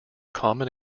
common